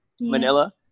Manila